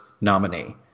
nominee